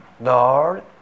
Lord